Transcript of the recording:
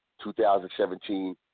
2017